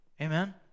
Amen